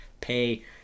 pay